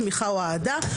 תמיכה או אהדה,